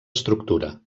estructura